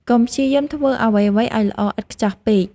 កុំព្យាយាមធ្វើអ្វីៗឱ្យល្អឥតខ្ចោះពេក ។